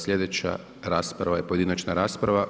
Sljedeća rasprava je pojedinačna rasprava.